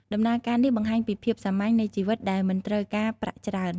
ដំណើរការនេះបង្ហាញពីភាពសាមញ្ញនៃជីវិតដែលមិនត្រូវការប្រាក់ច្រើន។